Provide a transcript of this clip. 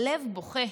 הלב בוכה.